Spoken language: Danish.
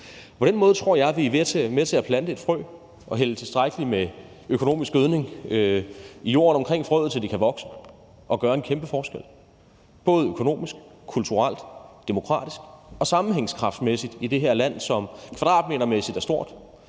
På den måde tror jeg at vi er med til at plante et frø og hælde tilstrækkelig med økonomisk gødning i jorden omkring frøet, så det kan vokse og gøre en kæmpe forskel, både økonomisk, kulturelt, demokratisk og i forhold til sammenhængskraft i det her land, som kvadratmetermæssigt er stort,